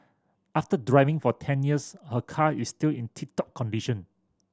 after driving for ten years her car is still in tip top condition